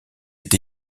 est